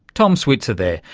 tom switzer there,